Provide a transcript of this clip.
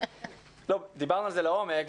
דיברנו על זה לעומק.